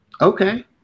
Okay